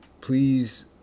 please